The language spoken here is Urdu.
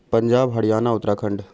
پنجاب ہریانہ اتراکھنڈ